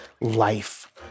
life